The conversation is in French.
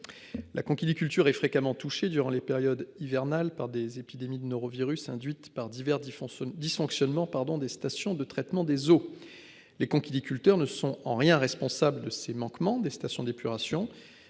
La conchyliculture est fréquemment touchées durant les périodes hivernales par des épidémies de norovirus induite par divers font ce dysfonctionnement pardon des stations de traitement des eaux. Les conchyliculteurs ne sont en rien responsables de ces manquements des stations d'épuration,